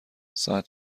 ساعت